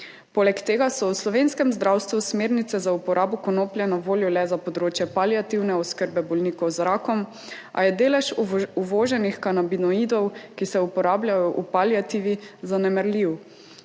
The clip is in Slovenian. Poleg tega so v slovenskem zdravstvu smernice za uporabo konoplje na voljo le za področje paliativne oskrbe bolnikov z rakom, a je delež uvoženih kanabinoidov, ki se uporabljajo v paliativi, zanemarljiv.